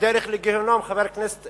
הדרך לגיהינום, חבר הכנסת